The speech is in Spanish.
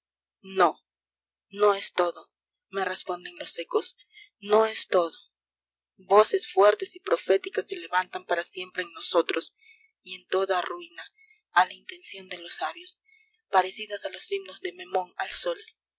no no es todo me responden los ecos no es todo voces fuertes y proféticas se levantan para siempre en nosotros y en toda ruina a la intención de los sabios parecidas a los himnos de memnon al sol